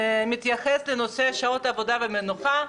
מתייחסת לנושא שעות עבודה ומנוחה,